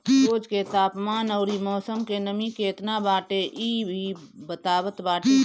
रोज के तापमान अउरी मौसम में नमी केतना बाटे इ भी बतावत बाटे